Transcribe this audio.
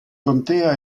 contea